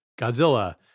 Godzilla